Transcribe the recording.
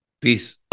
Peace